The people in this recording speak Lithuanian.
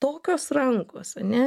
tokios rankos ane